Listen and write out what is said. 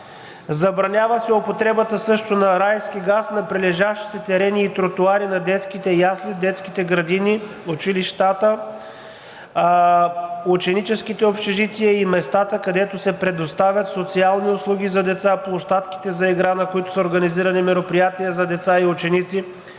Забранява се употребата също на райски газ на прилежащи терени и тротоари на детските ясли, детските градини, училищата, ученическите общежития и местата, където се предоставят социални услуги за деца, площадките за игра, на които са организирани мероприятия за деца и ученици,